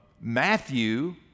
Matthew